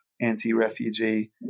anti-refugee